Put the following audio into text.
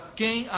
quem